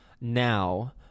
now